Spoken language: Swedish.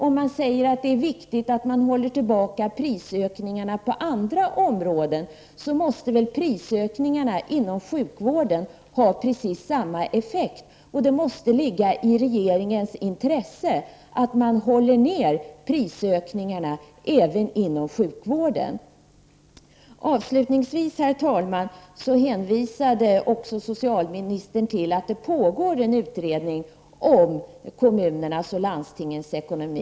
Om man säger att det är viktigt att hålla tillbaka prisökningarna på andra områden, måste väl prisökningarna inom sjukvården ha precis samma effekt. I så fall måste det vara av intresse för regeringen att hålla tillbaka prisökningarna även inom sjukvården. Till slut: Socialministern hänvisade till pågående utredning beträffande kommunernas och landstingens ekonomi.